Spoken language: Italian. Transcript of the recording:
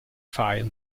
file